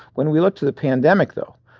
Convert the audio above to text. when we look to the pandemic though,